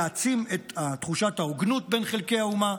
יעצים את תחושת ההוגנות בין חלקי האומה,